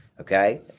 Okay